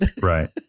Right